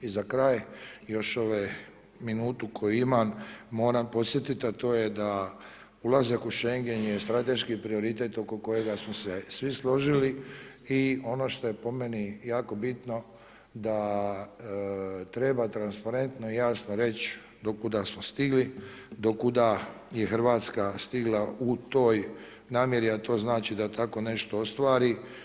I za kraj, još ove minutu koje imam, moram podsjetiti, a to je da ulazak u Schengen je strateški prioritet oko kojega smo se svi složili i ono što je po meni jako bitno da treba transparentno i jasno reći do kuda smo stigli, do kuda je RH stigla u toj namjeri, a to znači da tako nešto ostvari.